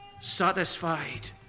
satisfied